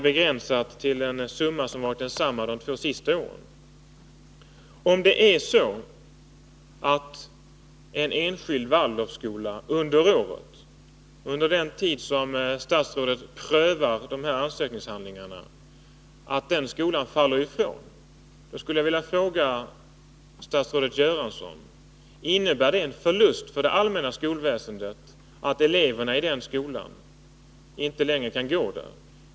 Jag skulle vilja ställa en fråga till statsrådet Göransson: Om en enskild Waldorfskola under året, under den tid som statsrådet prövar de här ansökningshandlingarna, faller ifrån, innebär det en förlust för det allmänna skolväsendet att eleverna i den skolan inte längre kan gå där?